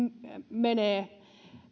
menee